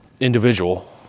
individual